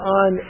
on